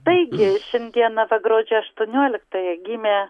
taigi šiandien apie gruodžio aštuonioliktąją gimė